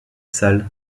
sale